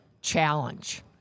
challenge